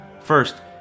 First